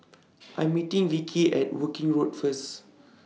I'm meeting Vickey At Woking Road First